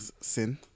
sin